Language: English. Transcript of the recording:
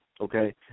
okay